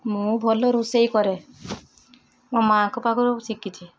ମୁଁ ଭଲ ରୋଷେଇ କରେ ମୋ ମାଁଙ୍କ ପାଖରୁ ଶିକିଛି